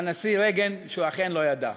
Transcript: רייגן שהוא אכן לא ידע.